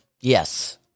Yes